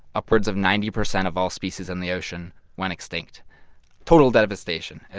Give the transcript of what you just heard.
upwards of ninety percent of all species in the ocean went extinct total devastation. and